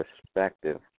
perspective